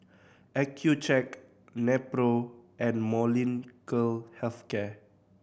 Accucheck Nepro and Molnylcke Health Care